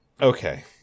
okay